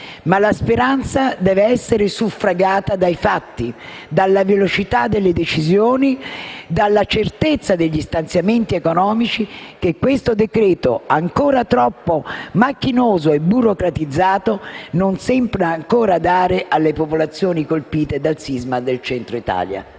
Ma la speranza deve essere suffragata dai fatti, dalla velocità delle decisioni, dalla certezza degli stanziamenti economici che questo decreto-legge, ancora troppo macchinoso e burocratizzato, non sembra ancora dare alle popolazioni colpite dal sisma del Centro Italia.